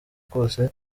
kose